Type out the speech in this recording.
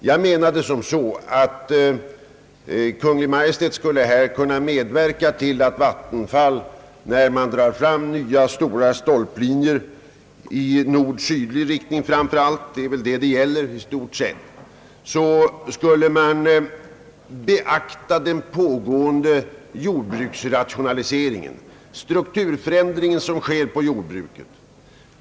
Jag menade, att framför allt när man drar fram nya stora stolplinjer i nord—sydlig riktning — det gäller i stort sett detta — skulle Kungl. Maj:t kunna medverka till att Vattenfall beaktar den pågående strukturförändring som sker genom rationaliseringen inom jordbruket.